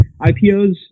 IPOs